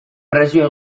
presioa